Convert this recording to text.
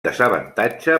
desavantatge